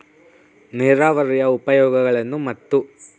ನೇರಾವರಿಯ ಉಪಯೋಗಗಳನ್ನು ಮತ್ತು?